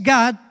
God